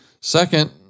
Second